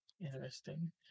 Interesting